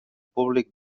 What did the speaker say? públic